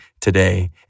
today